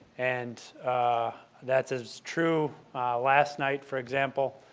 and that's as true last night, for example,